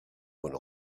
when